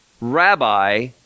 rabbi